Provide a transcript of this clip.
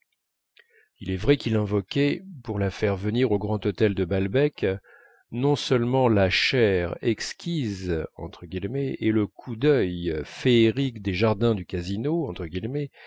il est vrai qu'il invoquait pour la faire venir au grand hôtel de balbec non seulement la chère exquise et le coup d'œil féerique des jardins du casino